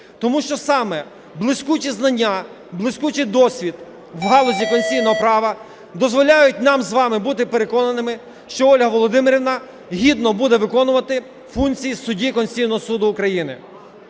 тому що саме блискучі знання, блискучий досвід в галузі конституційного права дозволяють нам з вами бути переконаними, що Ольга Володимирівна гідно буде виконувати функції судді Конституційного Суду України.